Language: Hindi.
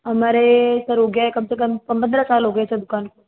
हमारे सर हो गया है कम से कम पंद्रह साल हो गया सर दुकान को